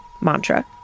Mantra